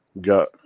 Got